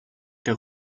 der